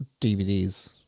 DVDs